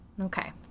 Okay